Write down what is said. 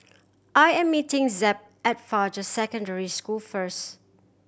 I am meeting Zeb at Fajar Secondary School first